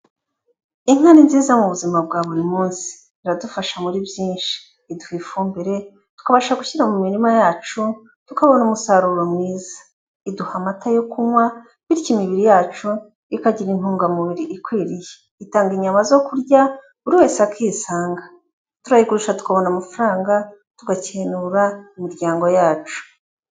Inka ni nziza mu buzima bwa buri munsi, iradufasha muri byinshi, iduha ifumbire tukabasha gushyira mu mirima yacu tukabona umusaruro mwiza, iduha amata yo kunywa bityo imibiri yacu ikagira intungamubiri ikwiriye, itanga inyama zo kurya buri wese akisanga, turayigurisha tukabona amafaranga tugakenura imiryango yacu.